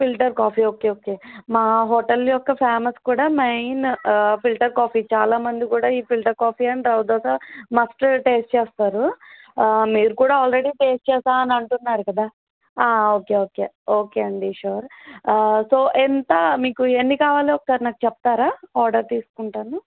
filter coffee okay okay మా hotel యొక్క famous కూడా మెయిన్ ఫిల్టర్ కాఫీ చాలా మంది కూడా ఈ filter coffee and rava dosa must taste చేస్తారు మీరు కూడా ఆల్రడీ టెస్ట్ చేసాను అంటున్నారు కదా ఓకే ఓకే ఓకే అండి షూర్ సో ఎంత మీకు ఎన్ని కావాలో ఒకసారి నాకు చెప్తారా ఆర్డర్ తీసుకుంటాను